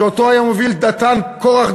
שהיו מובילים אותו קורח,